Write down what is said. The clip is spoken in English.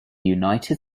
united